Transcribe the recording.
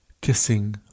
kissing